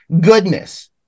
goodness